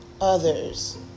others